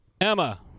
emma